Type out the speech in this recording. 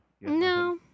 No